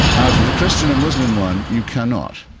to the christian and muslim one, you cannot.